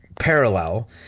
parallel